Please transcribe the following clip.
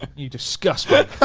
you disgust